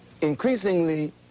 increasingly